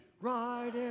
right